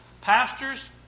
pastors